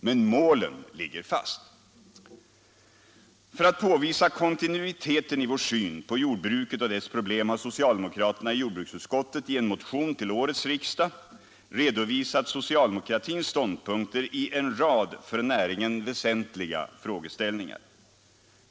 Men målen ligger fast. För att påvisa kontinuiteten i vår syn på jordbruket och dess problem har socialdemokraterna i jordbruksutskottet i en motion till årets riksdag redovisat socialdemokratins ståndpunkter i en rad för näringen väsentliga frågeställningar.